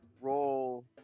roll